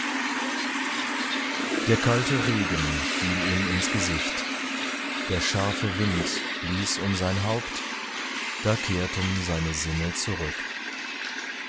der kalte regen fiel ihm ins gesicht der scharfe wind blies um sein haupt da kehrten seine sinne zurück